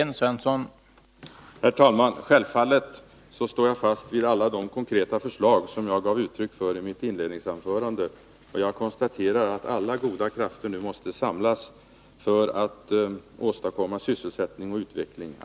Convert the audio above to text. Herr talman! Självfallet står jag fast vid alla de konkreta förslag som jag framförde i mitt första anförande. Jag konstaterar att alla goda krafter nu måste samlas för att åstadkomma sysselsättning och utveckling.